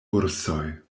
ursoj